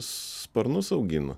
sparnus augina